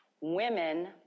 Women